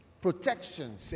protection